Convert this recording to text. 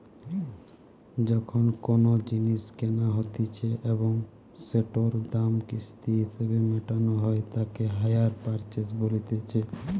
যখন কোনো জিনিস কেনা হতিছে এবং সেটোর দাম কিস্তি হিসেবে মেটানো হই তাকে হাইয়ার পারচেস বলতিছে